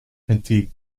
antique